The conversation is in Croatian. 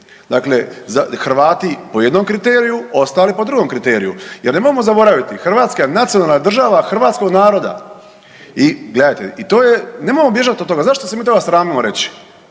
dakle Hrvati po jednom kriteriju, ostali po drugom kriteriju jer nemojmo zaboraviti Hrvatska je nacionalna država hrvatskog naroda i gledajte i to je, nemojmo bježat od toga, zašto se mi toga sramimo reći,